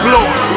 Lord